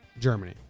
Germany